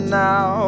now